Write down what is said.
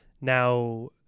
Now